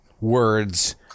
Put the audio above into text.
words